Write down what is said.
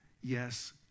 yes